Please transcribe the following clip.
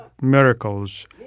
miracles